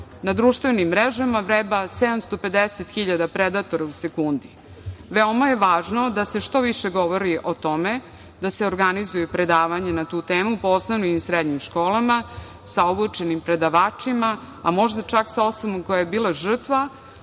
Na društvenim mrežama vreba 750 hiljada predatora u sekundi. Veoma je važno da se što više govori o tome, da se organizuju predavanja na tu temu po osnovnim i srednjim školama sa obučenim predavačima, a možda čak sa osobom koja je bila žrtva,